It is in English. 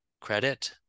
credit